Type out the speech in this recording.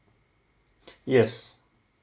yes